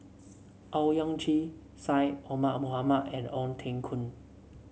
Owyang Chi Syed Omar Mohamed and Ong Teng Koon